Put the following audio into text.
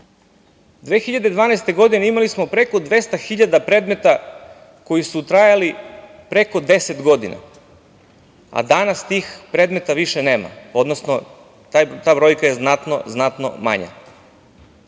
godine imali smo preko 200.000 predmeta koji su trajali preko 10 godina, a danas tih predmeta više nema, odnosno ta brojka je znatno,